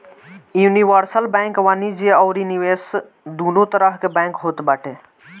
universal bank वाणिज्य अउरी निवेश दूनो तरह के बैंक होत बाटे